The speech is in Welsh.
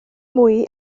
mwy